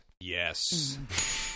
Yes